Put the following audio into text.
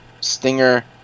Stinger